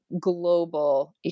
global